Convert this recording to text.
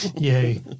Yay